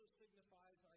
signifies